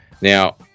Now